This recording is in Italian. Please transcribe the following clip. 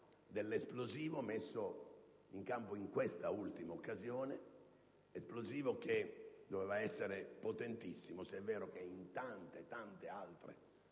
dell'esplosivo messo in campo in quest'ultima occasione, esplosivo che doveva essere potentissimo se è vero che, in tante altre